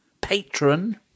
patron